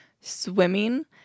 swimming